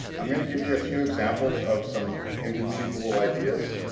i'm gonna give you a few examples of some inconceivable ideas